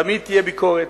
תמיד תהיה ביקורת,